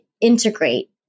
integrate